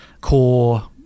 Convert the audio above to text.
core